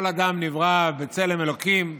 כל אדם נברא בצלם אלוקים,